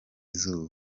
izuba